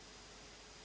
Hvala.